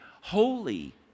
holy